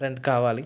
rent కావాలి